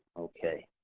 okay.